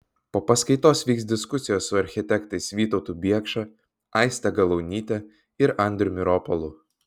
po paskaitos vyks diskusijos su architektais vytautu biekša aiste galaunyte ir andriumi ropolu